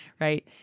right